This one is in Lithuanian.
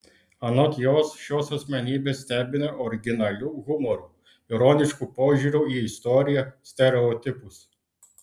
anot jos šios asmenybės stebina originaliu humoru ironišku požiūriu į istoriją stereotipus